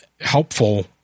helpful